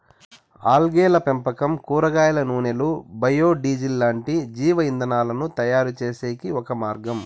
ఆల్గేల పెంపకం కూరగాయల నూనెలు, బయో డీజిల్ లాంటి జీవ ఇంధనాలను తయారుచేసేకి ఒక మార్గం